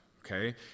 Okay